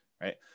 right